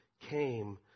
came